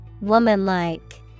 WOMANLIKE